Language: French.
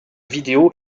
vidéo